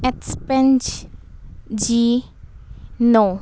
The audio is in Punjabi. ਐਕਸਪੈਂਸ ਜੀ ਨੋ